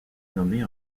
nommée